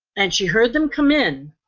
and she heard them come in.